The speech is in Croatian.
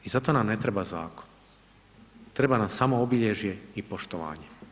I zato nam ne treba zakon, treba nam samo obilježje i poštovanje.